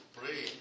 pray